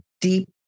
deep